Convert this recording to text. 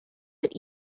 that